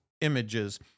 images